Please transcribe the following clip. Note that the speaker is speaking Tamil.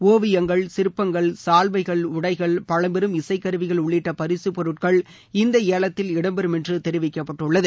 ஒவியங்கள் சிற்பங்கள் சால்வைகள் உடைகள் பழம்பெரும் இசை கருவிகள் உள்ளிட்ட பரிசுப் பொருட்கள் இந்த ஏலத்தில் இடம்பெறும் என்று தெரிவிக்கப்பட்டுள்ளது